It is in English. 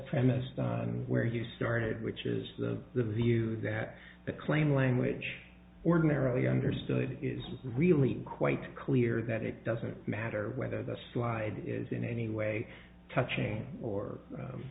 premise where you started which is the view that the claim language ordinarily understood is really quite clear that it doesn't matter whether the slide is in any way touching or